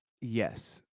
Yes